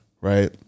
right